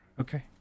Okay